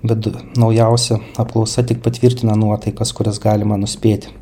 bet naujausia apklausa tik patvirtina nuotaikas kurias galima nuspėti